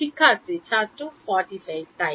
সেখানে হবে ছাত্র 45 তাই